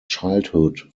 childhood